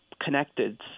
connected